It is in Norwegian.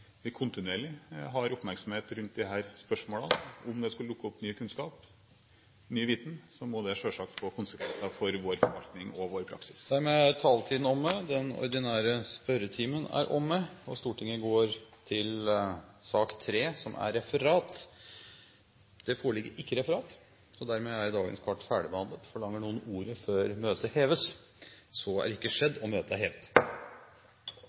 vi kontinuerlig har oppmerksomhet rundt disse spørsmålene. Om det skulle dukke opp ny kunnskap, ny viten, må det selvsagt få konsekvenser for vår forvaltning og vår praksis. Den ordinære spørretimen er omme. Det foreligger ikke noe referat. Dermed er dagens kart ferdigbehandlet. Forlanger noen ordet før møtet heves? – Møtet er hevet